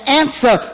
answer